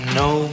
no